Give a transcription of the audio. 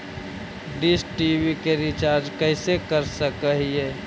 Dish TV के recharge कैसे कर सक हिय?